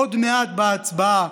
עוד מעט, בהצבעה.